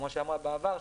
כמו שאמרת בעבר,